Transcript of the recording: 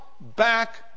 back